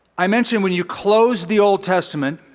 i mentioned, when you close the old testament,